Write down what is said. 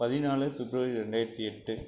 பதினாலு ஃபிப்ரவரி ரெண்டாயிரத்தி எட்டு